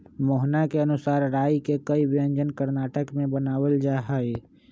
मोहना के अनुसार राई के कई व्यंजन कर्नाटक में बनावल जाहई